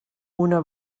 una